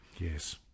Yes